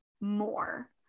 more